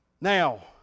Now